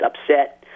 upset